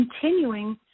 continuing